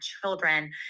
children